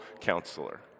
Counselor